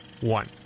one